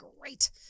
great